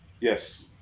Yes